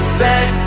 back